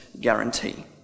guarantee